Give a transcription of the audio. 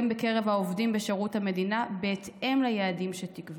בקרב העובדים בשירות המדינה בהתאם ליעדים שתקבע.